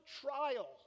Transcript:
trial